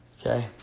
okay